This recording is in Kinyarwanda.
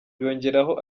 yongeraho